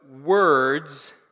words